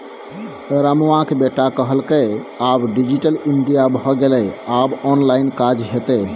रमुआक बेटा कहलकै आब डिजिटल इंडिया भए गेलै आब ऑनलाइन काज हेतै